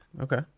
Okay